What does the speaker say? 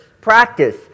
practice